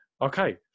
okay